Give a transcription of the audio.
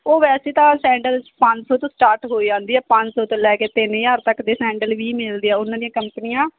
ਉਹ ਵੈਸੇ ਤਾਂ ਸੈਂਡਲ ਪੰਜ ਸੌ ਤੋਂ ਸਟਾਰਟ ਹੋ ਜਾਂਦੇ ਐ ਪੰਜ ਸੌ ਤੋਂ ਲੈ ਕੇ ਤਿੰਨ ਹਜ਼ਾਰ ਤੱਕ ਦੇ ਸੈਂਡਲ ਵੀ ਮਿਲਦੇ ਆ ਉਹਨਾਂ ਦੀਆਂ ਕੰਪਨੀਆਂ